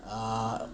ah